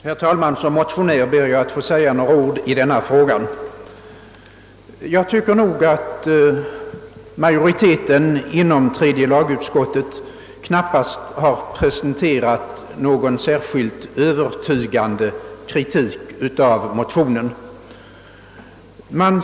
Herr talman! Som motionär ber jag att få säga några ord i denna fråga. Jag anser att majoriteten inom tredje lagutskottet knappast har presenterat någon särskilt övertygande kritik av motionerna.